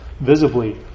visibly